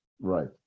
Right